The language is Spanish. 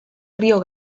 río